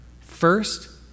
First